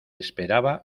esperaba